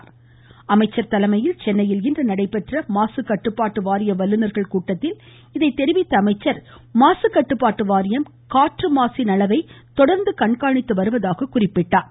சென்னையில் அமைச்சர் தலைமையில் இன்று நடைபெற்ற மாசு கட்டுப்பாட்டு வாரிய வல்லுநர்கள் கூட்டத்தில் இதை தெரிவித்த அமைச்சர் மாசு கட்டுப்பாட்டு வாரியம் காற்று மாசின் அளவை தொடர்ந்து கண்காணித்து வருவதாக குறிப்பிட்டார்